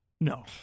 No